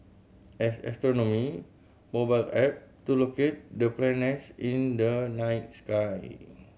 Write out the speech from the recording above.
as astronomy mobile app to locate the planets in the night sky